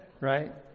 Right